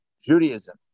Judaism